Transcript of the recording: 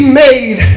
made